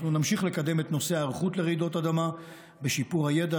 אנחנו נמשיך לקדם את נושא ההיערכות לרעידות אדמה בשיפור הידע,